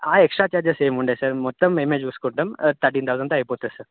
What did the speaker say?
ఆ extra charges ఏముండవ్ sir మొత్తం మేమె చూసుకుంటాం థర్టీన్ థౌజండ్తో అయిపోతుంది సార్